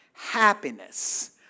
happiness